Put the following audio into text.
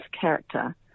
character